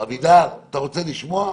--- אבידר, אתה רוצה לשמוע?